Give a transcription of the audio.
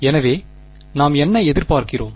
எனவே நாம் என்ன எதிர்பார்க்கிறோம்